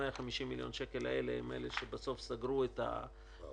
ה-150 מיליון שקל האלה הם אלה שבסוף סגרו את הפערים.